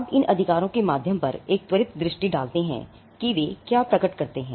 अब इन अधिकारों के माध्यम पर एक त्वरित दृष्टि डालते हैं कि वे क्या प्रकट करते हैं